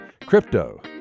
Crypto